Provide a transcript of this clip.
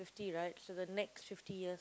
fifty right so the next fifty years